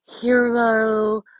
hero